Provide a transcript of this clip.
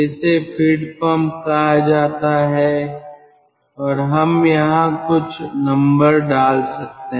तो इसे feed pump कहा जाता है और हम यहां कुछ नंबर डाल सकते हैं